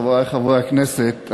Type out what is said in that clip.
חברי חברי הכנסת,